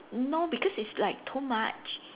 no because it's like too much